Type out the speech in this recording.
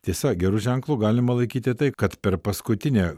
tiesa geru ženklu galima laikyti tai kad per paskutinę